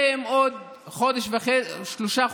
שלו, הקריסה של